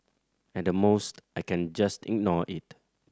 at the most I can just ignore it